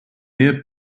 near